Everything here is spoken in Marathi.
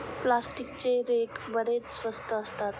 प्लास्टिकचे रेक बरेच स्वस्त असतात